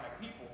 people